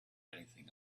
anything